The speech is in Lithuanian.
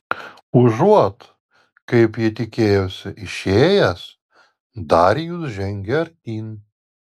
užuot kaip ji tikėjosi išėjęs darijus žengė artyn